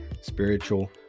spiritual